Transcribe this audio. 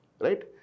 right